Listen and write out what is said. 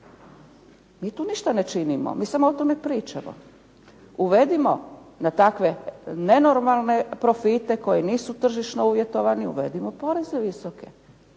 Mi tu ništa ne činimo. Mi samo o tome pričamo. Uvedimo na takve nenormalne profite koji nisu tržišno uvjetovani uvedimo poreze visoke,